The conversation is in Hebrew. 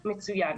מצוין.